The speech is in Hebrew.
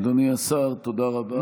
אדוני השר, תודה רבה.